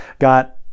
got